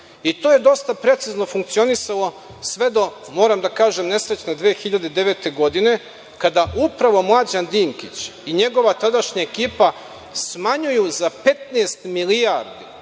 i to je dosta precizno funkcionisalo sve do, moram da kažem, nesrećne 2009. godine, kada upravo Mlađan Dinkić i njegova tadašnja ekipa smanjuju za 15 milijardi,